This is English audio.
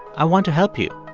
i want to help you.